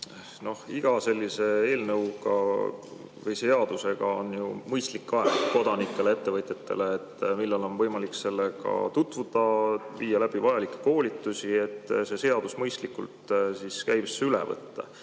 Iga sellise eelnõu või seadusega on ju mõistlik aeg kodanikele ja ettevõtjatele, millal on võimalik sellega tutvuda, viia läbi vajalikke koolitusi, et see seadus mõistlikult käibesse üle võtta.